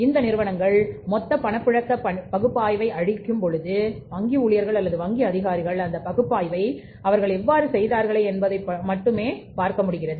அந்த நிறுவனங்கள் மொத்த பணப்புழக்க பகுப்பாய்வை அளிக்கும் பொழுது வங்கி ஊழியர்கள் அல்லது வங்கி அதிகாரிகள் அந்த பகுப்பாய்வை அவர்கள் எவ்வாறு செய்தார்கள் என்பதை மட்டுமே பார்க்கிறார்கள்